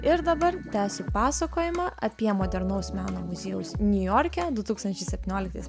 ir dabar tęsiu pasakojimą apie modernaus meno muziejaus niujorke du tūkstančiai septynioliktais